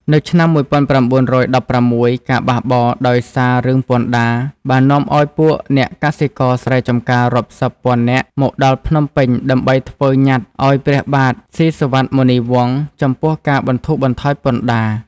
នៅឆ្នាំ១៩១៦ ការបះបោរដោយសាររឿងពន្ធដារ បាននាំឲ្យពួកអ្នកកសិករស្រែចម្ការរាប់សិបពាន់នាក់មកដល់ភ្នំពេញដើម្បីធ្វើញត្តិអោយព្រះបាទស៊ីសុវត្ថិ មុនីវង្ស ចំពោះការបន្ធូរបន្ថយពន្ធដារ។